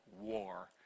war